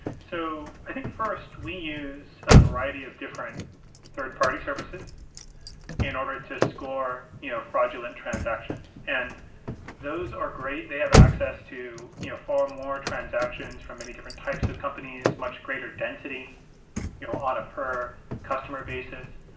so i think, first, we use a variety of different third-party services in order to score you know fraudulent transactions. and those are great. they have access to you know far more transactions from many different types of companies, much greater density you know on a per customer basis,